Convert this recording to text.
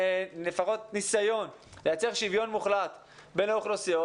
לפחות ניסיון לייצר שוויון מחלט בין האוכלוסיות,